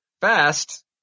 Fast